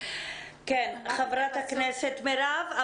חברת הכנסת מירב,